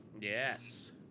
Yes